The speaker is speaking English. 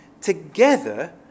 together